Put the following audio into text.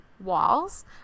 walls